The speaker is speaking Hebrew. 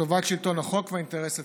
לטובת שלטון החוק והאינטרס הציבורי.